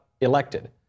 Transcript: elected